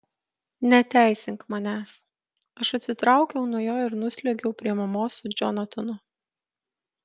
neteisink manęs aš atsitraukiau nuo jo ir nusliuogiau prie mamos su džonatanu